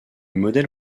modèle